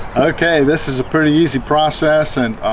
okay, this is a pretty easy process and